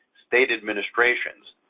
state administrations,